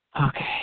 Okay